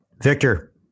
victor